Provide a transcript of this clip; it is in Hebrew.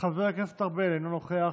חבר הכנסת ארבל, אינו נוכח,